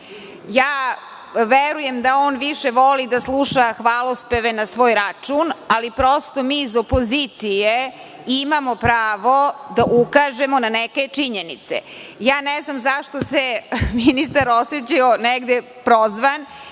argumente. Verujem da on više voli da sluša hvalospeve na svoj račun, ali prosto mi iz opozicije imamo pravo da ukažemo na neke činjenice. Ne znam zašto se ministar oseća negde prozvan,